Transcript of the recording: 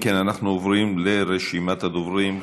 אם כן, אנחנו עוברים לרשימת הדוברים.